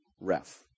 ref